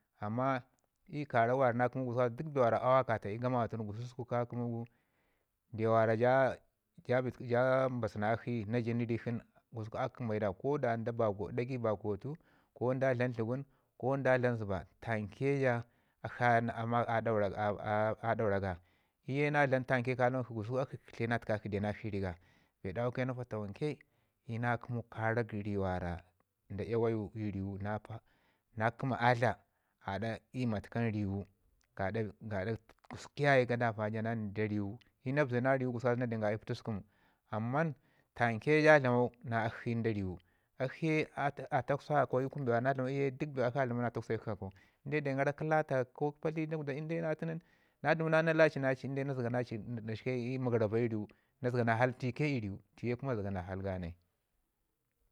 Amma iyu karak wara na kəmu gu gaɗa dək bee mi wara a wakata i gamawa gusuku ka kəmu gu ndiwa wara ja- ja- ja bit ku mbasu na akshi na ji rikshin gusku a kəmaida ko da dagai bakotu ko da dlam dləgun ko da dlam zəba tamke ja a- a- a- adaura ga, iyu kena dlam tamke gusuku ka lawan akshi kə tləna təkakshi de nakshi ri ga bee ɗawu ke nan fatawanke i yu na kəmu karak ri nda iyawa iyu matkam riwu gaɗa gusku yaye gadava ja na ndak riwu i yu na bəze na riwu na den ga i pata skumu amman tanke ja dlamau na akshi nda riwu akshi ke a takwsa akau i kun bee mi wara na dlaman i yu ke duk bee mi wara akshi a dlamau na takgekshi akau inde den gara kə lata ko kə pali dakwda iyu na atu nin na dəmu na laci na ci na ci inde nasgana ci nin da shi ke iyu magəraf bai i riwu na zəgana hal tiye i riwu tiye ke zəgana hal ga nai.